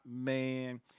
man